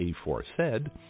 aforesaid